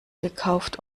gekauft